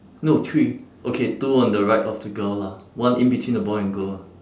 no three okay two on the right of the girl lah one in between the boy and girl ah